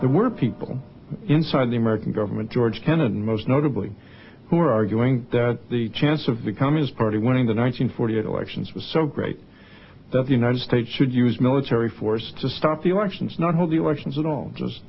there were people inside the american government george kennan most notably who are arguing that the chance of the communist party going in the one nine hundred forty eight elections was so great that the united states should use military force to stop the elections not hold elections at all just